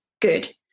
good